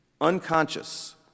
unconscious